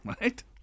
Right